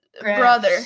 brother